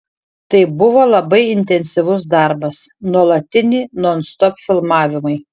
tai buvo labai intensyvus darbas nuolatiniai nonstop filmavimai